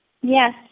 Yes